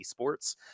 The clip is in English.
esports